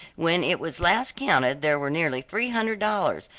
when it was last counted there were nearly three hundred dollars,